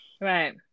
right